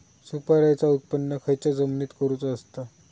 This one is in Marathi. सुपारीचा उत्त्पन खयच्या जमिनीत करूचा असता?